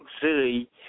City